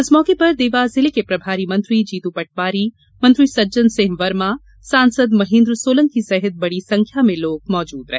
इस मौके पर देवास जिले के प्रभारी मंत्री जीतू पटवारी मंत्री सज्जन सिंह वर्मा सांसद महेन्द्र सोलंकी सहित बड़ी संख्या में लोग मौजूद रहे